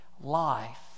life